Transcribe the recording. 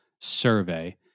survey